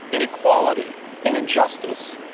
inequality and injustice.